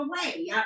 away